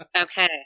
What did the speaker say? Okay